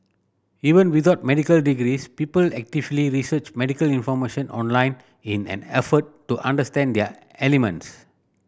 even without medical degrees people actively research medical information online in an effort to understand their ailments